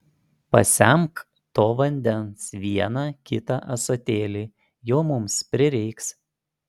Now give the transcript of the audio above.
pasemk to vandens vieną kitą ąsotėlį jo mums prireiks